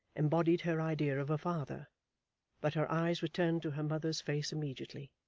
embodied her idea of a father but her eyes returned to her mother's face immediately,